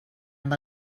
amb